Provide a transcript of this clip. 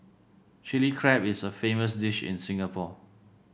Chilli Crab is a famous dish in Singapore